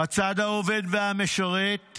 הצד העובד והמשרת,